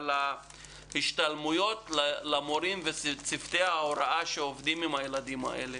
אבל ההשתלמויות למורים ושל צוותי ההוראה שעובדים עם הילדים האלה